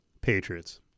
Patriots